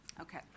Okay